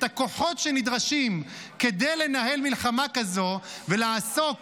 את הכוחות שנדרשים כדי לנהל מלחמה כזו ולעסוק